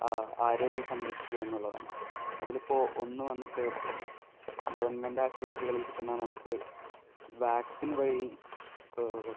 ആരോഗ്യം സംരക്ഷിക്കുകയെന്നുള്ളതാണ് അതിലിപ്പോൾ ഒന്ന് വന്നിട്ട് ഗവണ്മെൻറ്റാശുപത്രികളിൽ ചെന്നാൽ നമുക്ക് വാക്സിൻ വഴി